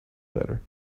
better